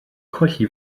colli